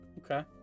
Okay